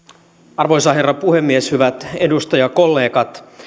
arvoisa herra puhemies hyvät edustajakollegat